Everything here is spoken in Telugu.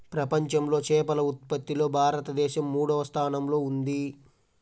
ప్రపంచంలో చేపల ఉత్పత్తిలో భారతదేశం మూడవ స్థానంలో ఉంది